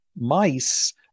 mice